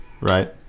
Right